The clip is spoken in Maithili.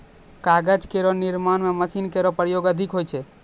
कागज केरो निर्माण म मशीनो केरो प्रयोग अधिक होय छै